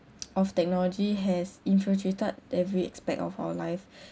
of technology has infiltrated every aspect of our life